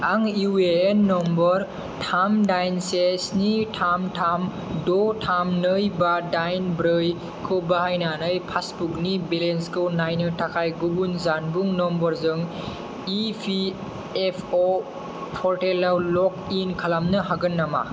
आं U A N number थाम दाइन से स्नि थाम थाम द' थाम नै बा दाइन ब्रै खौ बाहायनानै पासबुकनि बेलेन्सखौ नायनो थाखाय गुबुन जानबुं नम्बरजों इ पि एफ अ पर्टेलाव लग इन खालामनो हागोन नामा